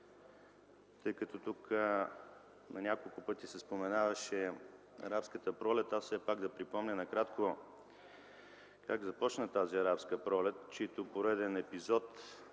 Тъй като тук на няколко пъти се споменаваше арабската пролет, все пак да припомня накратко как започна тази Арабска пролет, чийто пореден епизод